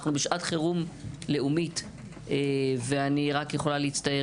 אנחנו בשעת חירום לאומית זה אני רק יכולה להצטער